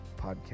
Podcast